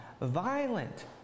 violent